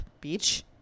beach